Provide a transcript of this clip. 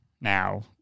now